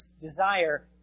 desire